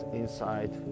inside